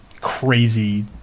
crazy